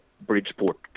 Bridgeport